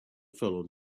fell